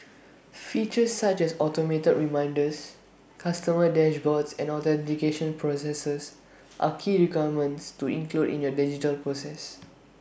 features such as automated reminders customer dashboards and authentication processes are key requirements to include in your digital process